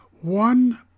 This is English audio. One